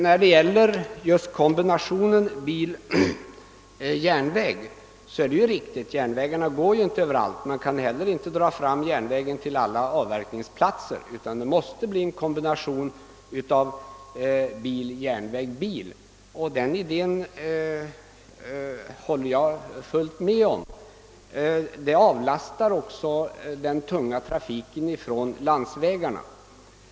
Jag tycker att kombinationen bil— järnväg är helt riktig. Järnvägarna går inte överallt, och man kan exempelvis inte dra fram bandelar till alla avverkningsplatser, utan det måste bli fråga om en kombination bil—järnväg—bil — det håller jag fullständigt med om. Därigenom avlastas också tung trafik från landsvägarna.